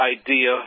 idea